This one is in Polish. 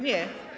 Nie.